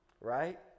Right